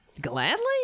gladly